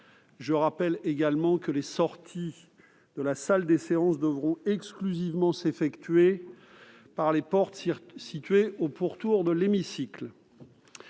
Je rappelle également que les sorties de la salle des séances devront exclusivement s'effectuer par les portes situées au pourtour de l'hémicycle.